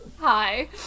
Hi